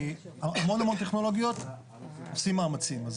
המון המון טכנולוגיות ועושים מאמצים.